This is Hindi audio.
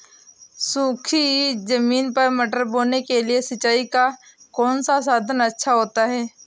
सूखी ज़मीन पर मटर बोने के लिए सिंचाई का कौन सा साधन अच्छा होता है?